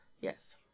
Yes